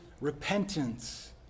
repentance